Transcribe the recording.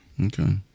Okay